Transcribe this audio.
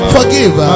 Forgive